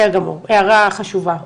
בסדר גמור, הערה חשובה.